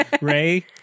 Ray